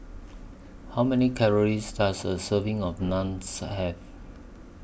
How Many Calories Does A Serving of Naans Have